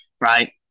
right